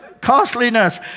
costliness